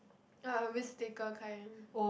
risk taker kind